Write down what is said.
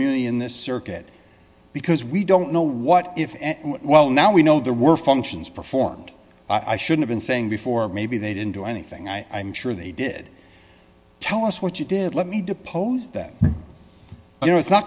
in this circuit because we don't know what if well now we know there were functions performed i should have been saying before maybe they didn't do anything i am sure they did tell us what you did let me depose that you know it's not